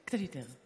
קצת יותר.